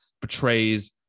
betrays